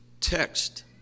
text